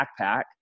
backpack